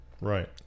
Right